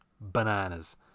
bananas